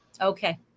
Okay